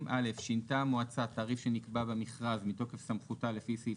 שינתה המועצה תעריף שנקבע במכרז בתוקף סמכותה לפי סעיף